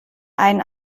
einen